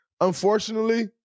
Unfortunately